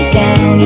down